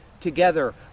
Together